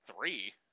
Three